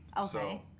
Okay